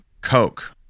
Coke